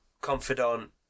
confidant